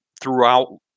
throughout